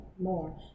more